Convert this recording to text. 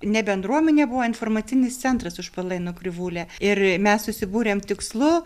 ne bendruomenė buvo informacinis centras užpalėnų krivūlė ir mes susibūrėm tikslu